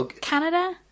Canada